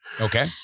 Okay